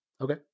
okay